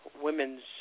women's